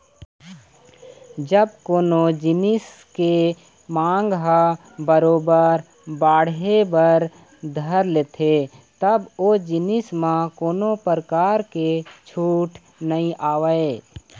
जब कोनो जिनिस के मांग ह बरोबर बढ़े बर धर लेथे तब ओ जिनिस म कोनो परकार के छूट नइ आवय